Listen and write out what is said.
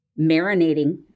marinating